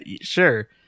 sure